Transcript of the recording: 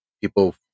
people